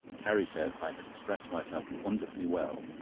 carrie said i had expressed myself wonderfully well,